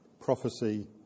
prophecy